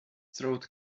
throat